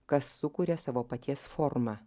kas sukuria savo paties formą